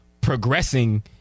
progressing